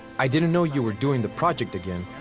i didn't know you were doing the project again.